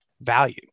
value